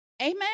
Amen